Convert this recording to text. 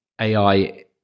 AI